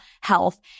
health